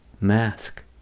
mask